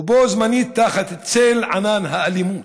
ובו בזמן היא תחת צל ענן האלימות.